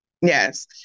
Yes